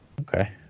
Okay